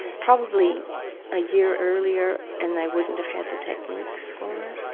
probably a year earlier and they wouldn't have had the techniques for it.